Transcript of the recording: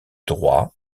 droit